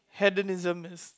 hedonism is